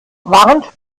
warnt